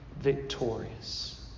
victorious